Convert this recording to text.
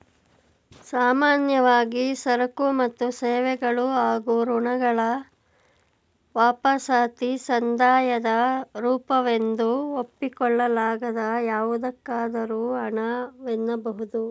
ಸಾಮಾನ್ಯವಾಗಿ ಸರಕು ಮತ್ತು ಸೇವೆಗಳು ಹಾಗೂ ಋಣಗಳ ವಾಪಸಾತಿ ಸಂದಾಯದ ರೂಪವೆಂದು ಒಪ್ಪಿಕೊಳ್ಳಲಾಗದ ಯಾವುದಕ್ಕಾದರೂ ಹಣ ವೆನ್ನಬಹುದು